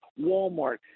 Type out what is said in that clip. Walmart